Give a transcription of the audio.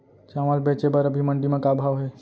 चांवल बेचे बर अभी मंडी म का भाव हे?